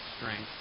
strength